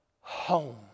home